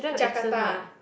Jakarta